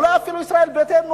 אולי אפילו ישראל ביתנו,